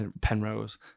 Penrose